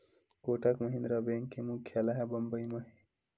Kotak Mahindra bank के मुख्यालय ह बंबई म हे